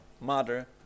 mother